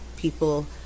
people